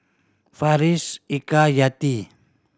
Farish Eka Yati